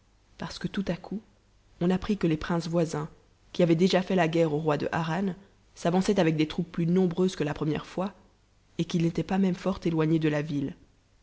parce que tout à coup on apprit que les princes voisins qui avaient déjà fait la guerre au roi de harran s'avançaient avec des troupes plus nombreuses que la première fois et qu'its n'étaient pas même fort éloignés de la ville